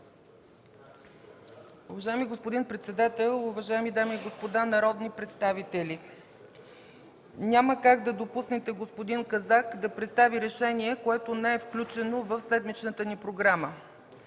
Уважаеми господин председател, уважаеми дами и господа народни представители! Няма как да допуснете господин Казак да представи решение, което не е включено в седмичната ни програма.